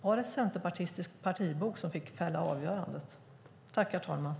Var det en centerpartistisk partibok som fick fälla avgörandet?